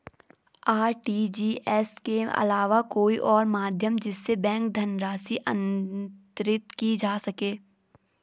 RTGS के अलावा कोई और माध्यम जिससे बैंक धनराशि अंतरित की जा सके?